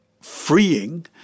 freeing